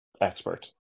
expert